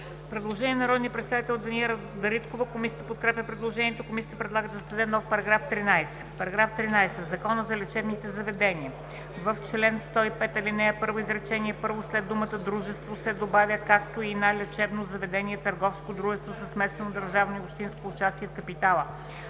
Предложение на народния представител Даниела Дариткова. Комисията подкрепя предложението. Комисията предлага да се създаде нов § 13: „§ 13. В Закона за лечебните заведения (обн., ДВ, бр. …), в чл. 105, ал. 1, изречение първо след думата „дружество“ се добавя „както и на лечебно заведение – търговско дружество със смесено държавно и общинско участие в капитала“,